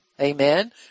Amen